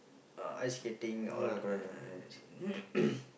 uh ice skating all uh